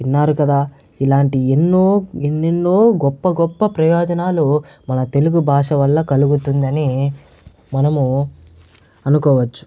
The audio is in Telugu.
విన్నారు కదా ఇలాంటి ఎన్నో ఎన్నెన్నో గొప్ప గొప్ప ప్రయోజనాలు మన తెలుగు భాష వల్ల కలుగుతుందని మనము అనుకోవచ్చు